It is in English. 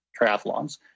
triathlons